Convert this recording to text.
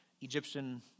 Egyptian